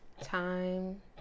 time